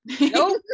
nope